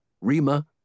Rima